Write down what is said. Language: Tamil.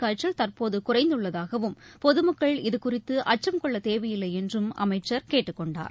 காய்ச்சல் தற்போதுகுறைந்துள்ளதாகவும் பொதுமக்கள் இதுகுறித்துஅச்சம் கொள்ளத் டெங்கு தேவையில்லைஎன்றும் அமைச்சர் கேட்டுக் கொண்டார்